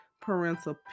parental